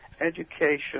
education